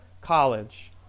college